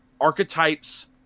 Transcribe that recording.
archetypes